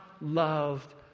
Loved